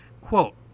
Quote